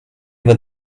were